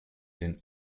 den